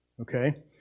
okay